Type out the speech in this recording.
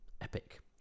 epic